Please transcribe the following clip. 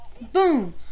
boom